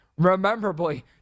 Rememberably